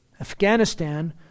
Afghanistan